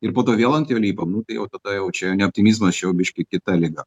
ir po to vėl ant jo lipam nu tai jau tada jau čia ne optimizmas čia jau biški kita liga